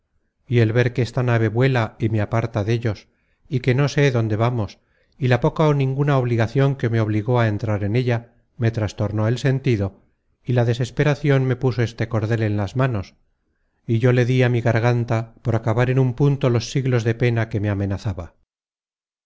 y el ver que esta nave vuela y me aparta dellos y que no sé dónde vamos y la poca ó ninguna obligacion que me obligó á entrar en ella me trastornó el sentido y la desesperacion me puso este cordel en las manos y yo le dí á mi garganta por acabar en un punto los siglos de pena que me amenazaba